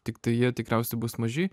tiktai jie tikriausiai bus maži